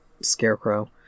scarecrow